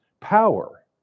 power